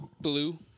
blue